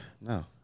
No